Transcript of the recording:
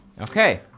Okay